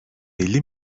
elli